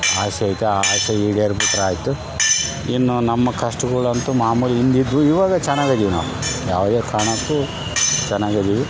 ಆಸೆ ಐತೆ ಆ ಆಸೆ ಈಡೇರಿ ಬಿಟ್ರೆ ಆಯ್ತು ಇನ್ನು ನಮ್ಮ ಕಷ್ಟಗಳಂತು ಮಾಮೂಲಿ ಹಿಂಗೆ ಇದ್ವು ಇವಾಗ ಚೆನ್ನಾಗಿ ಇದೀವಿ ನಾವು ಯಾವುದೇ ಕಾರಣಕ್ಕು ಚೆನ್ನಾಗೇ ಇದೀವಿ